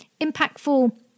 impactful